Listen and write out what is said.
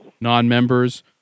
non-members